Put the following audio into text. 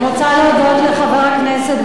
אני רוצה להודות לחבר הכנסת בר-און,